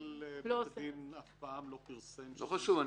אבל בית הדין אף פעם לא פרסם שם --- לא חשוב,